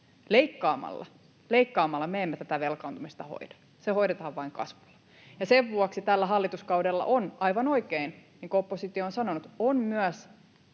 leikkaamalla me emme tätä velkaantumista hoida. Se hoidetaan vain kasvulla, ja sen vuoksi tällä hallituskaudella on, aivan oikein, niin kuin oppositio on sanonut, myös